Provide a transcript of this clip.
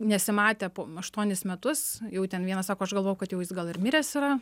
nesimatę aštuonis metus jau ten vienas sako aš galvojau kad jau jis gal ir miręs yra